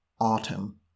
autumn